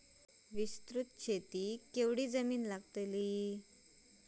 विस्तृत शेतीक कितकी जमीन लागतली?